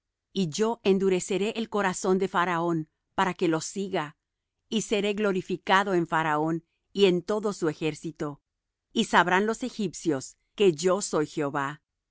y yo endureceré el corazón de faraón para que los siga y seré glorificado en faraón y en todo su ejército y sabrán los egipcios que yo soy jehová